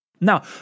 Now